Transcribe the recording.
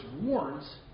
warns